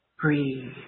Breathe